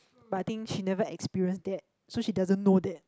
but I think she never experienced that so she doesn't know that